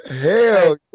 Hell